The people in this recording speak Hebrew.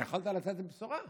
אבל יכולת לצאת עם בשורה.